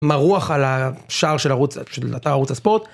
מרוח על השער של ערוץ של אתר ערוץ הספורט.